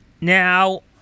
Now